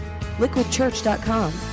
Liquidchurch.com